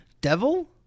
Devil